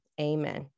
Amen